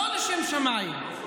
לא לשם שמיים.